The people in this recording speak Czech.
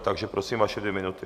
Takže prosím, vaše dvě minuty.